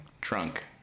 drunk